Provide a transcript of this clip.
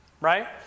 Right